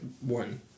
one